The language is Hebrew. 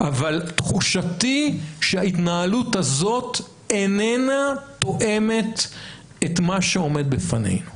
אבל תחושתי שההתנהלות הזאת איננה תואמת את מה שעומד בפנינו.